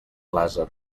làser